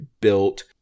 built